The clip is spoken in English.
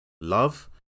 love